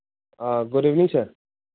good evening sir